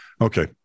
Okay